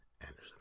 anderson